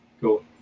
Cool